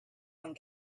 one